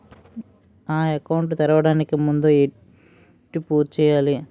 Account తెరవడానికి ముందు ఏంటి పూర్తి చేయాలి?